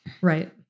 Right